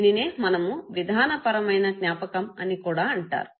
దీనినే మనము విధానపరమైన జ్ఞాపకం అని కూడా అంటారు